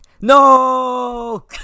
No